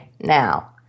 now